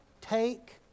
take